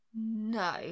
No